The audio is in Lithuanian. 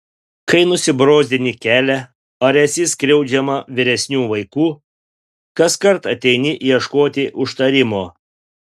kai nusibrozdini kelį ar esi skriaudžiama vyresnių vaikų kaskart ateini ieškoti užtarimo